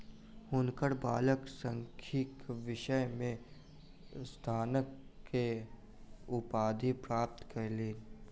हुनकर बालक सांख्यिकी विषय में स्नातक के उपाधि प्राप्त कयलैन